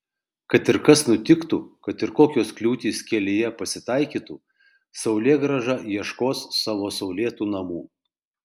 kad ir kas nutiktų kad ir kokios kliūtys kelyje pasitaikytų saulėgrąža ieškos savo saulėtų namų